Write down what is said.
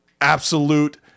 absolute